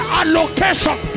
allocation